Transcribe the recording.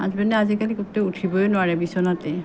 হাজবেণে আজিকালি গোটেই উঠিবই নোৱাৰে বিছনাতেই